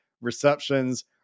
receptions